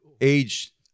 Age